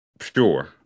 Sure